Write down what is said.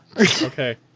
Okay